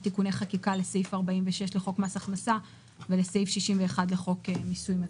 תיקוני חקיקה לסעיף 46 לחוק מס הכנסת ולסעיף 61 לחוק מיסוי מקרקעין.